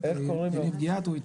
את יניב גיאת.